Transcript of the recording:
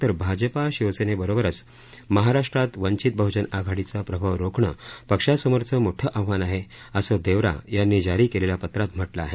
तर भाजपा शिवसेनेबरोबरच महाराष्ट्रात वंचित बहजन आघाडीचा प्रभाव रोखणं पक्षासमोरचं मोठं आव्हान आहे असं देवरा यांनी जारी केलेल्या पत्रात म्हटलं आहे